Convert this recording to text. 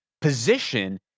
position